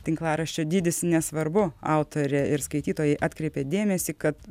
tinklaraščio dydis nesvarbu autorė ir skaitytojai atkreipia dėmesį kad